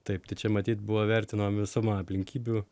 taip tai čia matyt buvo vertinama visuma aplinkybių